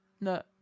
No